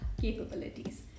capabilities